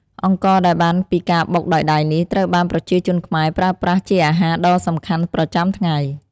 អង្ករដែលបានពីការបុកដោយដៃនេះ ត្រូវបានប្រជាជនខ្មែរប្រើប្រាស់ជាអាហារដ៏សំខាន់ប្រចាំថ្ងៃ។